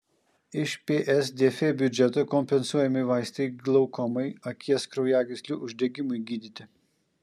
iš psdf biudžeto kompensuojami vaistai glaukomai akies kraujagyslių uždegimui gydyti